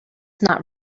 not